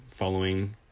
Following